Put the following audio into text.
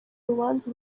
rubanza